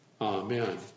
Amen